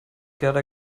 gerda